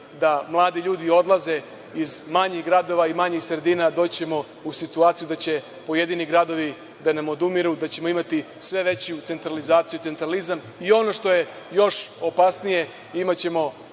da mladi ljudi odlaze iz manjih gradova i manjih sredina, doći ćemo u situaciju da će pojedini gradovi da nam odumiru, da ćemo imati sve veću centralizaciju i centralizam. Ono što je još opasnije, imaćemo